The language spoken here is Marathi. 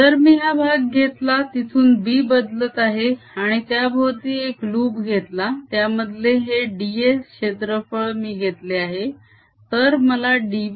जर मी हा भाग घेतला जिथून B बदलत आहे आणि त्याभोवती एक लूप घेतला त्यामधले हे ds क्षेत्रफळ मी घेतले आहे तर मला dBdt